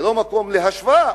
זה לא מקום להשוואה,